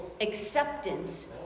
acceptance